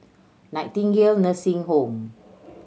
Nightingale Nursing Home